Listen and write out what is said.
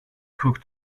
cook